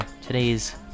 today's